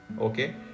okay